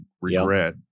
regret